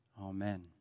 Amen